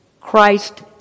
Christ